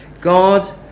God